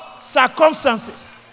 circumstances